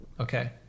Okay